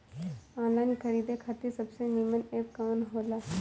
Online खरीदे खातिर सबसे नीमन एप कवन हो ला?